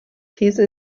these